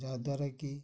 ଯାହାଦ୍ୱାରା କି